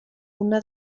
una